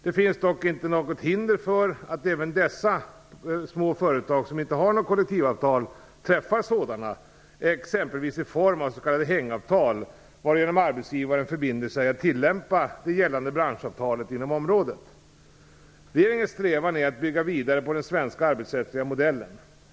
Det finns dock inte något hinder för att även de små företag som inte har kollektivavtal träffar sådana, exempelvis i form av s.k. hängavtal, varigenom arbetsgivaren förbinder sig att tillämpa det gällande branschavtalet inom området. Regeringens strävan är att bygga vidare på den svenska arbetsrättsliga modellen.